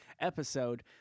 episode